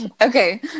Okay